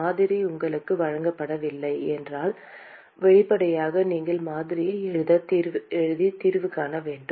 மாதிரி உங்களுக்கு வழங்கப்படவில்லை என்றால் வெளிப்படையாக நீங்கள் மாதிரியை எழுதி தீர்வு காண வேண்டும்